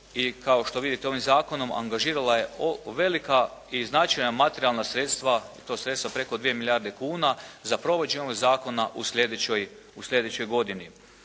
i kao što vidite ovim zakonom angažirala je velika i značajna materijalna sredstva i to sredstva preko 2 milijarde kuna za provođenje ovog zakona u slijedećoj godini.